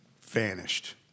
vanished